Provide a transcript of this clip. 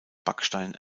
backstein